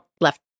left